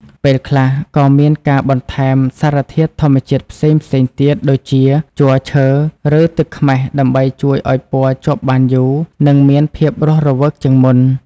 ពេលខ្លះក៏មានការបន្ថែមសារធាតុធម្មជាតិផ្សេងៗទៀតដូចជាជ័រឈើ ឬទឹកខ្មេះដើម្បីជួយឱ្យពណ៌ជាប់បានយូរនិងមានភាពរស់រវើកជាងមុន។